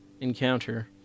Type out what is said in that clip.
encounter